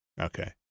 okay